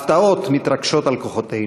הפתעות מתרגשות על כוחותינו.